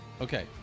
Okay